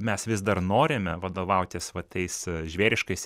mes vis dar norime vadovautis va tais žvėriškais